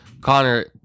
Connor